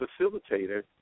facilitator